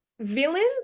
villains